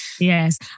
Yes